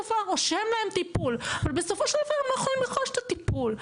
רושם להם טיפול אבל בסופו של דבר הם לא יכולים לרכוש את הטיפול,